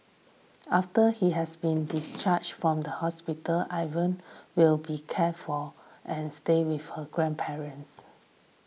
after he has been discharged from the hospital Evan will be cared for and stay with his grandparents